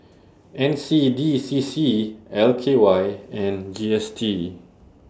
N C D C C L K Y and G S T